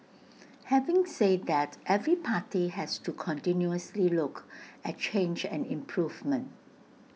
having say that every party has to continuously look at change and improvement